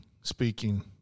speaking